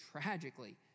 tragically